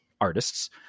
artists